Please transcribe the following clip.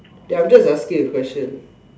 okay I'm just asking a question